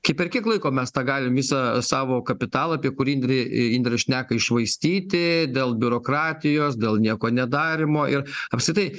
kai per kiek laiko mes tą galim visą savo kapitalą apie kurį indrė indrė šneka iššvaistyti dėl biurokratijos dėl nieko nedarymo ir apskritai